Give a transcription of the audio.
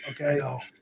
Okay